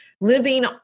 living